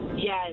Yes